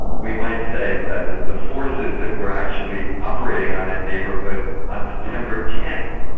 we might say in fact that the forces that were actually operating on that neighbourhood on september tenth,